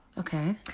Okay